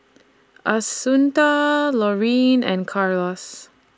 Assunta Laurene and Carlos